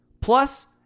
Plus